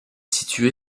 située